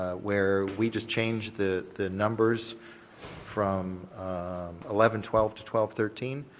ah where we just change the the numbers from eleven, twelve, to twelve, thirteen,